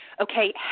okay